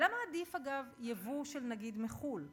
ולמה עדיף, אגב, ייבוא של נגיד מחו"ל?